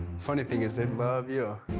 funny thing is, they'd love you.